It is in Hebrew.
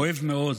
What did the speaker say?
כואב מאוד,